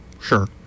sure